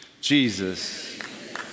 Jesus